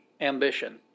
ambition